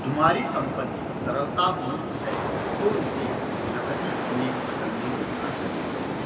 तुम्हारी संपत्ति तरलता मूर्त है तो इसे नकदी में बदलने में आसानी होगी